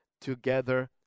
together